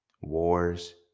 Wars